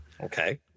Okay